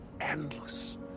endless